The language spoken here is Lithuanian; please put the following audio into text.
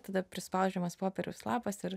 tada prispaudžiamas popieriaus lapas ir